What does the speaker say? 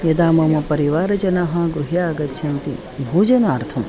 यदा मम परिवारजनाः गृहे आगच्छन्ति भोजनार्थम्